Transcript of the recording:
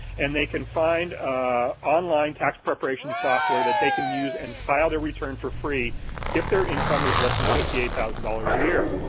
and they can find online tax preparation software that they can use and file their return for free if their income is less than fifty eight thousand dollars a year.